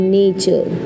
nature